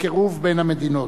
לקירוב בין המדינות.